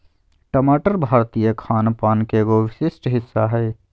टमाटर भारतीय खान पान के एगो विशिष्ट हिस्सा हय